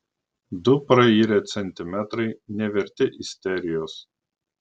du prairę centimetrai neverti isterijos